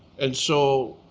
and so